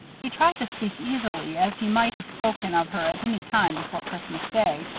he tried to speak easily, as he might have spoken of her at any time before christmas day,